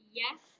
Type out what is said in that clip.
yes